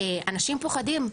אנשים פוחדים.